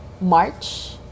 March